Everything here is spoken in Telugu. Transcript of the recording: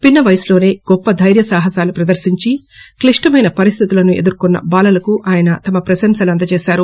పిన్న వయసులోనే గొప్ప దైర్యసాహసాలు ప్రదర్శించి క్లిష్టమైన పరిస్దితులను ఎదుర్కొన్న బాలలకు ఆయన తమ ప్రకంసలు అందజేశారు